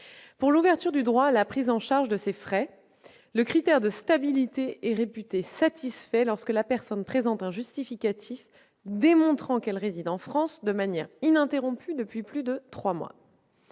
Pour l'ouverture du droit à la prise en charge de ces frais, le critère de stabilité est réputé satisfait lorsque la personne présente un justificatif démontrant qu'elle réside en France de manière ininterrompue depuis plus de trois mois.